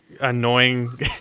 annoying